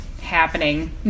happening